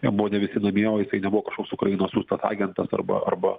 jam buvo ne visi namie o jisai nebuvo kažkoks ukrainos siųstas agentas arba arba